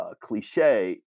cliche